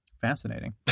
Fascinating